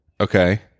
Okay